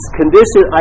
condition